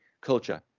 culture